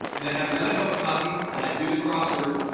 then i have another cup of coffee and i do the crossword.